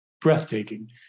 breathtaking